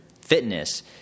fitness